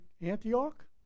Antioch